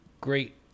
great